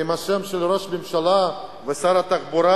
עם השם של ראש הממשלה ושר התחבורה,